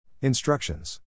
Instructions